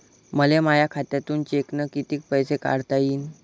मले माया खात्यातून चेकनं कितीक पैसे काढता येईन?